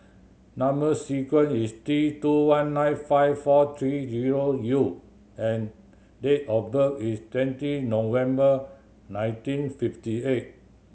number sequence is T two one nine five four three zero U and date of birth is twenty November nineteen fifty eight